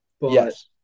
Yes